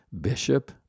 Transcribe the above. bishop